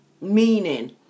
Meaning